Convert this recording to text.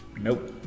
Nope